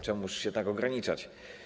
Czemuż się tak ograniczać?